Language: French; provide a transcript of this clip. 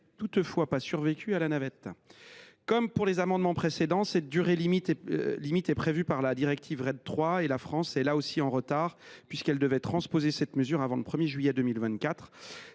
toutefois pas survécu à la navette. Comme pour les amendements précédents, cette durée maximale est prévue par la directive RED III et la France est, là aussi, en retard, puisqu’elle devait transposer cette mesure avant le 1 juillet 2024.